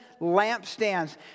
lampstands